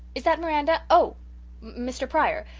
is that miranda? oh mr. pryor!